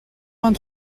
vingt